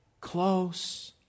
close